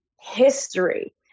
history